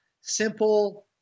simple